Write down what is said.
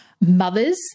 mothers